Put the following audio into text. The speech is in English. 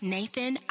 Nathan